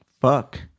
Fuck